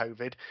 COVID